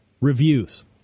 reviews